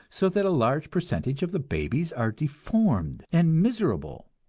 so that a large percentage of the babies are deformed and miserable?